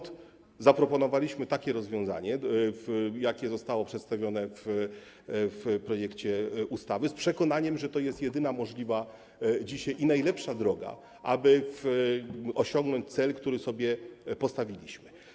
Dlatego zaproponowaliśmy takie rozwiązanie, jakie zostało przedstawione w projekcie ustawy, z przekonaniem, że to jest dzisiaj jedyna możliwa i najlepsza droga, aby osiągnąć cel, który sobie postawiliśmy.